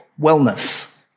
wellness